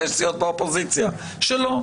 ויש סיעות באופוזיציה שלא.